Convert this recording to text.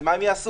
ומה הם יעשו?